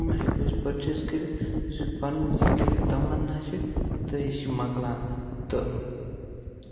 ہٮ۪کو أسۍ پٔرچیز کٔرِتھ زِ پَنٕنۍ دِلٕکۍ تَمنا چھِ تہٕ یہِ چھِ مۄکلان تہٕ